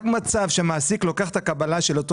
רק מצב שהמעסיק לוקח את הקבלה של אותו